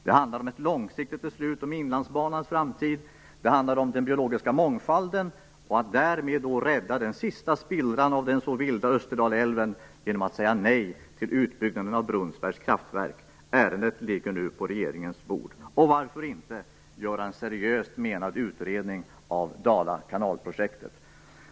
Det handlar om ett långsiktigt beslut om Inlandsbanans framtid. Den handlar om den biologiska mångfalden och om att därmed rädda den sista spillran av den så vilda Österdalälven genom att säga nej till utbyggnaden av Brunnsbergs kraftverk. Ärendet ligger nu på regeringens bord. Och varför inte göra en seriöst menad utredning av Dala-kanal-projektet?